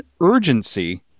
urgency